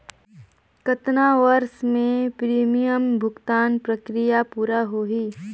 कतना वर्ष मे प्रीमियम भुगतान प्रक्रिया पूरा होही?